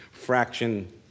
Fraction